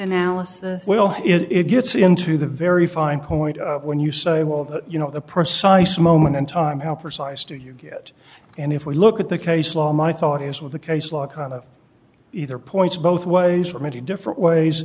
analysis well it gets into the very fine point when you say well you know the precise moment in time how precise do you get and if we look at the case law my thought is with the case law kind of either points both ways or many different ways